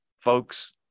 Folks